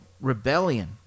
rebellion